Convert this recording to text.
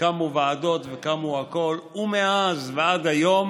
קמו ועדות וקמו הכול, ומאז ועד היום